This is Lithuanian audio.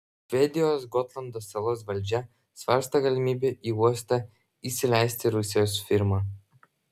švedijos gotlando salos valdžia svarsto galimybę į uostą įsileisti rusijos firmą